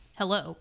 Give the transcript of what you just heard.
hello